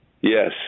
Yes